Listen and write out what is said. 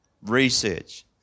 Research